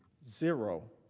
zero